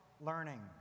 learning